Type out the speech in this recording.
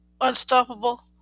unstoppable